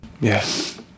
Yes